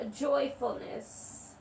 joyfulness